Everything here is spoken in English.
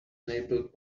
enabled